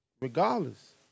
Regardless